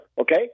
okay